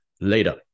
Later